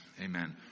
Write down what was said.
Amen